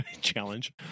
challenge